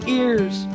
ears